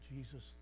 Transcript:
Jesus